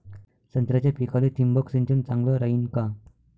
संत्र्याच्या पिकाले थिंबक सिंचन चांगलं रायीन का?